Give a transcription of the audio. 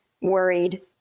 worried